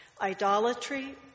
idolatry